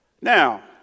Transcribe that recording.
Now